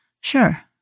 Sure